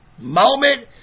moment